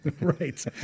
Right